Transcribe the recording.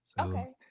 okay